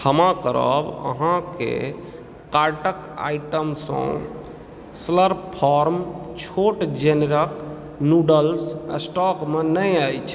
क्षमा करब अहाँके कार्टक आइटमसँ स्लर्प फार्म छोट जेनरक नूडल्स स्टॉकमे नहि अछि